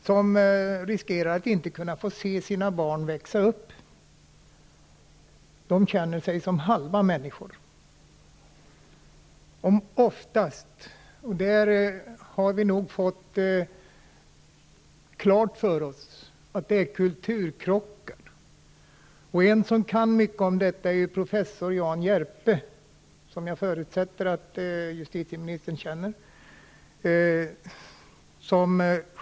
De riskerar att inte få se sina barn växa upp. De känner sig som halva människor. Vi har nog fått klart för oss att det oftast beror på kulturkrockar. En som kan mycket om detta är professor Jan Hjärpe. Jag förutsätter att justitieministern känner honom.